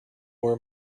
where